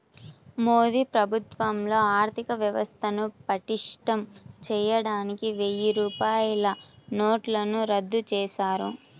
మోదీ ప్రభుత్వంలో ఆర్ధికవ్యవస్థను పటిష్టం చేయడానికి వెయ్యి రూపాయల నోట్లను రద్దు చేశారు